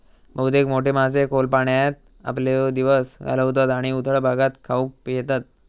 बहुतेक मोठे मासे खोल पाण्यात आपलो दिवस घालवतत आणि उथळ भागात खाऊक येतत